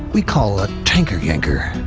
we call a tanker yanker.